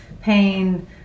pain